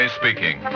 speaking